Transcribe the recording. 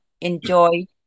enjoy